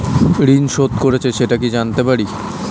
ঋণ শোধ করেছে সেটা কি জানতে পারি?